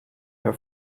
her